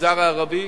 במגזר הערבי,